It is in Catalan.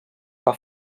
que